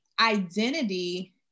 identity